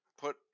put